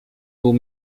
był